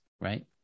right